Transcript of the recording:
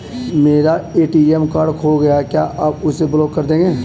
मेरा ATM card खो गया है क्या आप उसे ब्लॉक कर देंगे?